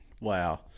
wow